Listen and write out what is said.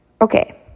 Okay